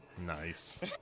Nice